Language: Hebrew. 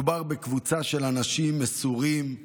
מדובר בקבוצה של אנשים מסורים,